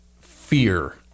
fear